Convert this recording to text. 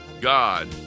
God